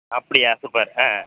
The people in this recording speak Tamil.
அப்படியா சூப்பர் ஆ